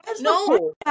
no